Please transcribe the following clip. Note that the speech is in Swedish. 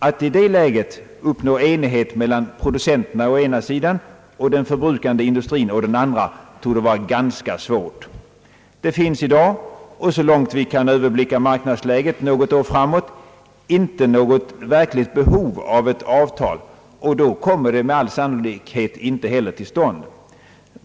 Att i det läget uppnå enighet mellan producenterna å ena sidan och den förbrukande industrin å den andra torde vara ganska svårt. Det finns i dag och så långt vi kan överblicka marknadsläget — något år framåt — inte något verkligt behov av ett avtal, och då kommer det med all sannolikhet inte heller till stånd.